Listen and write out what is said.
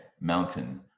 mountain